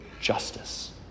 justice